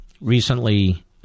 recently